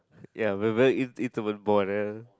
ya very very in~ intimate